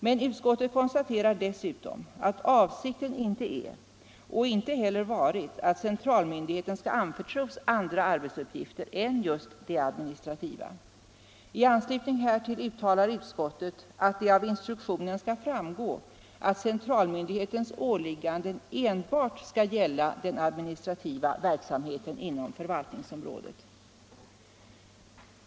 Men utskottet konstaterar dessutom att avsikten inte är och inte heller varit att centralmyndigheten skall anförtros andra arbetsuppgifter än just de administrativa. I anslutning härtill uttalar utskottet att det av instruktionen skall framgå att centralmyndighetens åligganden enbart skall gälla den administrativa verksamheten inom förvaltningsområdet.